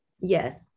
Yes